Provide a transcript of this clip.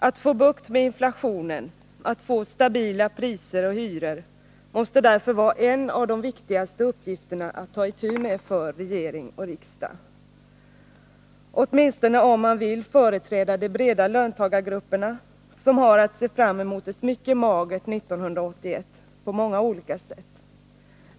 Att få bukt med inflationen, att få stabila priser och hyror, måste därför vara en av de viktigaste uppgifterna för regering och riksdag att ta itu med, åtminstone om man vill företräda de breda löntagargrupperna, som har att se fram emot ett mycket magert 1981 — på många olika sätt.